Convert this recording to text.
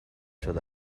شده